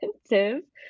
expensive